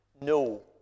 no